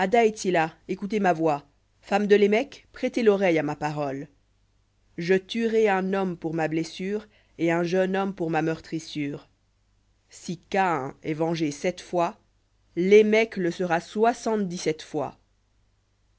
écoutez ma voix femmes de lémec prêtez l'oreille à ma parole je tuerai un homme pour ma blessure et un jeune homme pour ma meurtrissure si caïn est vengé sept fois lémec le sera soixante-dix-sept fois